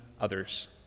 others